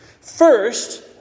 First